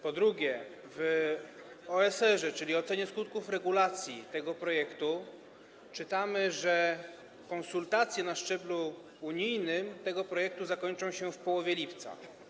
Po drugie, w OSR, czyli ocenie skutków regulacji, tego projektu czytamy, że konsultacje na szczeblu unijnym tego projektu zakończą się w połowie lipca.